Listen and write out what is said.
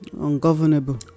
ungovernable